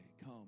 Come